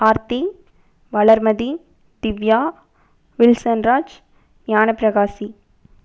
Aarthi Valarmathi Divya Wilsonraj Gnanaprakasi